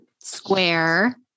square